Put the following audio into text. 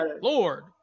Lord